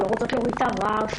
אנחנו לא רוצות להוריד את הרף,